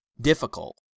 difficult